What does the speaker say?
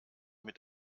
mit